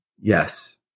Yes